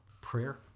prayer